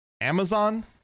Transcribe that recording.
Amazon